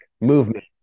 Movement